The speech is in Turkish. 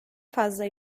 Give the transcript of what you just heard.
fazla